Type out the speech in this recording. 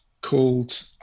called